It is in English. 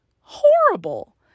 horrible